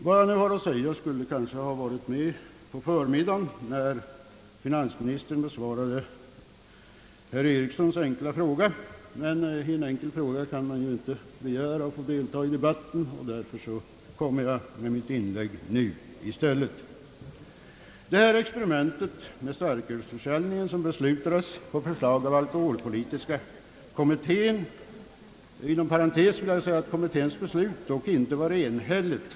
Vad jag har att säga i detta ämne skulle kanske ha framförts på förmiddagen, när finansministern besvarade herr Karl-Erik Erikssons enkla fråga, men i debatten om en enkel fråga kan man ju inte begära att få delta. Därför gör jag mitt inlägg nu. Experimentet med = starkölsförsäljningen beslutades på förslag av alkoholpolitiska kommittén. Inom parentes vill jag nämna att kommitténs beslut dock inte var enhälligt.